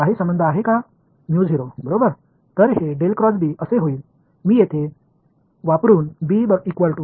B க்கும் H க்கும் ஒரு உள்ள தொடர்பு எனவே இது அவ்வாறு ஆகிவிடும் இதை நான் இங்கு பயன்படுத்த முடியும் என எழுதலாம்